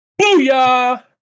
Booyah